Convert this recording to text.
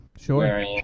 Sure